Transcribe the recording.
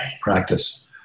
practice